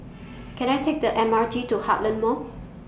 Can I Take The M R T to Heartland Mall